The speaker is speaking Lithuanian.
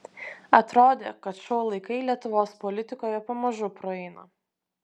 atrodė kad šou laikai lietuvos politikoje pamažu praeina